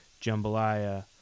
jambalaya